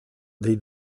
dei